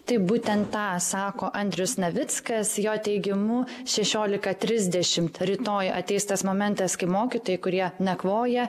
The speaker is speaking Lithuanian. taip būtent tą sako andrius navickas jo teigimu šešiolika trisdešimt rytoj ateis tas momentas kai mokytojai kurie nakvoja